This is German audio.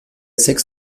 sechs